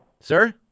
Sir